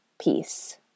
peace